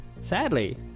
sadly